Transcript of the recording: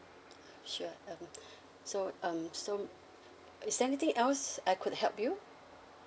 sure um so um so is there anything else I could help you